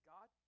God